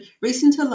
recent